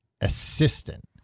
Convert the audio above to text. assistant